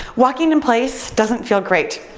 walking in place doesn't feel great.